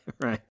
right